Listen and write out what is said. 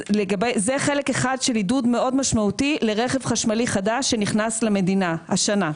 זה חלק אחד של עידוד מאוד משמעותי לרכב חשמלי חדש שנכנס למדינה השנה.